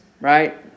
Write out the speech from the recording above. right